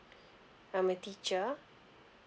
I'm a teacher